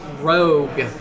Rogue